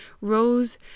rose